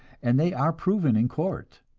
and they are proven in court.